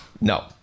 No